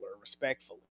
respectfully